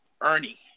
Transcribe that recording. Ernie